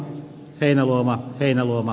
heinäluoma heinäluoma